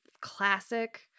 classic